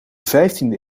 vijftiende